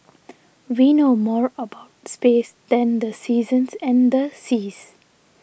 we know more about space than the seasons and the seas